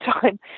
time